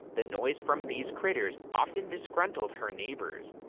the noise from these critters often disgruntled her neighbors.